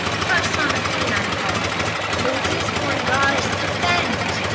first on athene i call o zeus-born goddess, defend!